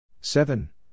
seven